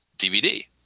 DVD